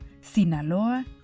Sinaloa